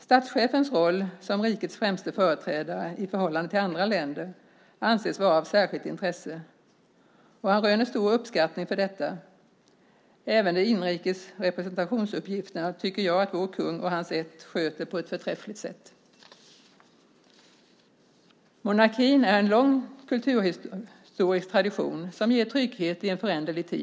Statschefens roll som rikets främste företrädare i förhållande till andra länder anses vara av särskilt intresse, och han röner stor uppskattning för detta. Även de inrikes representationsuppgifterna tycker jag att vår kung och hans ätt sköter på ett förträffligt sätt. Monarkin har en lång kulturhistorisk tradition som ger trygghet i en föränderlig tid.